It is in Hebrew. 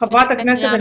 חברת הכנסת,